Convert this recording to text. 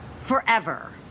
forever